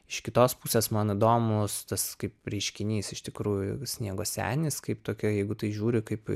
iš kitos pusės man įdomus tas kaip reiškinys iš tikrųjų sniego senis kaip tokia jeigu tai žiūri kaip į